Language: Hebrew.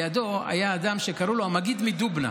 ולידו היה אדם שקראו לו המגיד מדובנא.